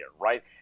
right